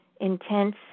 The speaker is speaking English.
intense